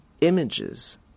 images